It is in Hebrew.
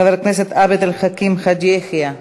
חבר הכנסת עבד אל חכים חאג' יחיא,